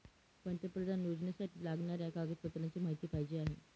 पंतप्रधान योजनेसाठी लागणाऱ्या कागदपत्रांची माहिती पाहिजे आहे